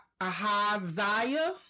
Ahaziah